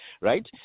right